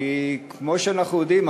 כמו שאנחנו יודעים,